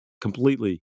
completely